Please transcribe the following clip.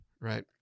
right